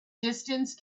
distance